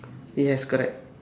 yes correct